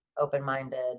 open-minded